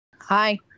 Hi